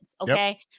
Okay